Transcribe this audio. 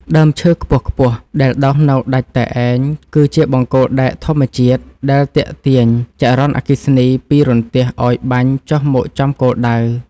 ដើមឈើខ្ពស់ៗដែលដុះនៅដាច់តែឯងគឺជាបង្គោលដែកធម្មជាតិដែលទាក់ទាញចរន្តអគ្គិសនីពីរន្ទះឱ្យបាញ់ចុះមកចំគោលដៅ។